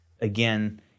again